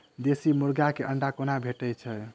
देसी मुर्गी केँ अंडा कोना भेटय छै?